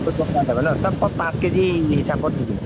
যাব ন চব মই পাঁচ কে জি হিচাপত দি দিম